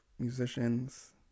musicians